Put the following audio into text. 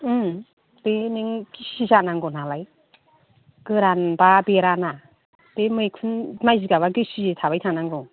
बे नों गिसि जानांगौ नालाय गोरानबा बेराना बे मैखुन माइ जिगाबा गिसि थाबायथानांगौ